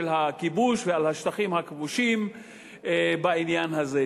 הכיבוש ועל השטחים הכבושים בעניין הזה.